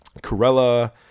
Corella